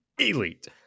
Elite